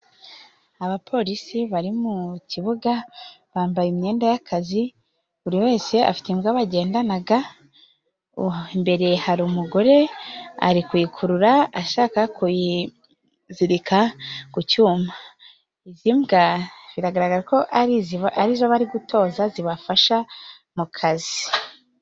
Abapolisi bari mu kibuga bambaye imyenda y'akazi, buri wese afite imbwa bagendanaga, imbere hari umugore ari kuyikurura ashaka kuyizirika ku cyuma. Izi mbwa biragaragara ko ari izo bari gutoza, zibafasha mu kazi.